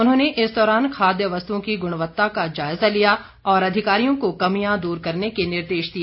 उन्होंने इस दौरान खाद्य वस्तुओं की ग्णवत्ता का जायजा लिया और अधिकारियों को कमियां दूर करने के निर्देश दिए